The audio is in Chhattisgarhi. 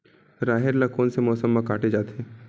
राहेर ल कोन से मौसम म काटे जाथे?